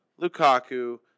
Lukaku